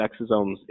exosomes